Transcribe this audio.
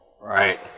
Right